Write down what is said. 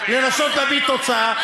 לנסות להביא תוצאה,